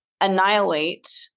annihilate